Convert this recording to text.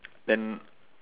then